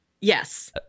yes